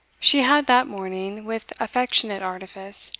she had that morning, with affectionate artifice,